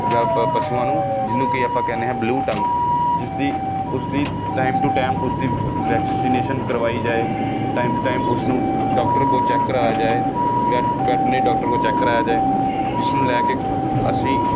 ਜਬ ਪਸ਼ੂਆਂ ਨੂੰ ਜਿਹਨੂੰ ਕਿ ਆਪਾਂ ਕਹਿੰਦੇ ਹਾਂ ਬਲੂਅਟੰਨ ਜਿਸਦੀ ਉਸਦੀ ਟਾਈਮ ਟੂ ਟਾਈਮ ਉਸਦੀ ਵੈਕਸੀਨੇਸ਼ਨ ਕਰਵਾਈ ਜਾਵੇ ਟਾਈਮ ਟਾਈਮ ਉਸਨੂੰ ਡੋਕਟਰ ਕੋਲ ਚੈਕ ਕਰਵਾਇਆ ਜਾਵੇ ਜਾਂ ਡੋਕਟਰ ਕੋਲ ਚੈਕ ਕਰਵਾਇਆ ਜਾਵੇ ਜਿਸ ਨੂੰ ਲੈ ਕੇ ਅਸੀਂ